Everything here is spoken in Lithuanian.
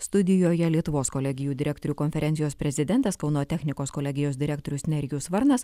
studijoje lietuvos kolegijų direktorių konferencijos prezidentas kauno technikos kolegijos direktorius nerijus varnas